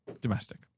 Domestic